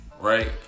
right